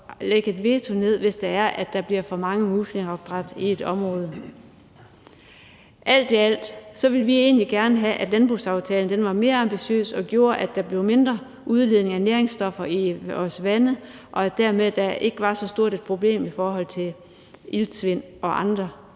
nedlægge veto, hvis der kommer for mange muslingeopdræt i et område. Alt i alt ville vi egentlig gerne have haft, at landbrugsaftalen var mere ambitiøs og gjorde, at der kom mindre udledning af næringsstoffer i vores vande, så det dermed ikke var så stort et problem i forhold til iltsvind og andre